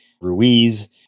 Ruiz